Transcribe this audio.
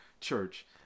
church